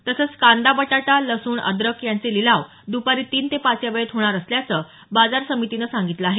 तसंच कांदा बटाटा लसूण अद्रक यांचे लिलाव दपारी तीन ते पाच याच वेळेत होणार असल्याचं बाजार समितीनं सांगितलं आहे